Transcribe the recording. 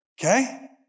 okay